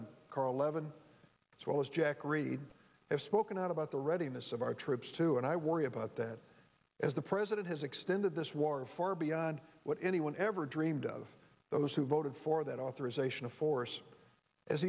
and carl levin as well as jack reed have spoken out about the readiness of our troops to and i worry about that as the president has extended this war far beyond what anyone ever dreamed of those who voted for that authorization of force as